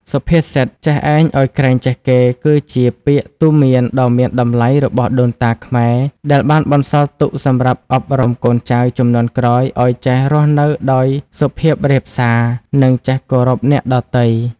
សុភាសិត "ចេះឯងឲ្យក្រែងចេះគេ" គឺជាពាក្យទូន្មានដ៏មានតម្លៃរបស់ដូនតាខ្មែរ ដែលបានបន្សល់ទុកសម្រាប់អប់រំកូនចៅជំនាន់ក្រោយឲ្យចេះរស់នៅដោយសុភាពរាបសារ និងចេះគោរពអ្នកដទៃ។